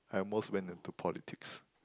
I almost went into politics